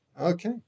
Okay